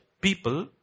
people